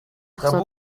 зогсоод